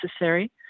necessary